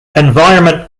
environment